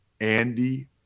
Andy